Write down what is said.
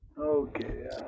Okay